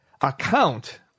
account